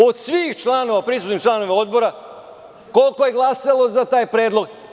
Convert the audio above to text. Od svih prisutnih članova Odbora, koliko je glasalo za taj predlog?